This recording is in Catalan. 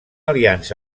aliança